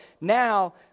now